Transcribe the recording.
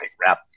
wrap